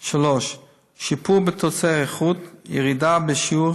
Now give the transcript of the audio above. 3. שיפור בתוצאי האיכות, ירידה בשיעור